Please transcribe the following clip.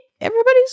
everybody's